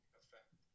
effect